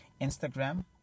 Instagram